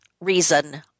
reason